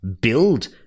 build